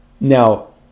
Now